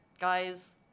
guys